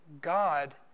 God